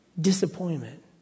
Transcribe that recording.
disappointment